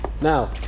Now